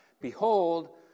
Behold